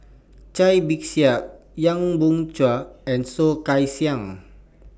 Cai Bixia Young Boon Chuan and Soh Kay Siang